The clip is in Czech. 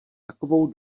takovou